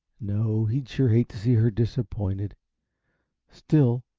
no, he'd sure hate to see her disappointed still,